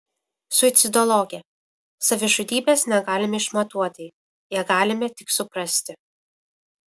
suicidologė savižudybės negalime išmatuoti ją galime tik suprasti